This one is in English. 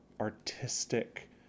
artistic